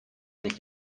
nicht